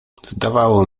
zdawało